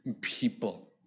people